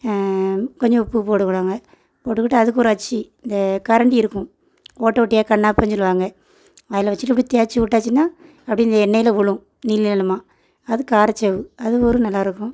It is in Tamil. கொஞ்சம் உப்பு போடுவாங்க போட்டுக்கிட்டு அதுக்கு ஒரு அச்சு இந்த கரண்டி இருக்கும் ஓட்டை ஓட்டையா கண் ஆப்பன்னு சொல்லுவாங்க அதில் வச்சுட்டு அப்படியே தேய்ச்சு விட்டாச்சினா அப்படியே அந்த எண்ணெயில் விழும் நீள நீளமாக அது காரச்சேவ்வு அது ஒரு நல்லாயிருக்கும்